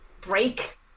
break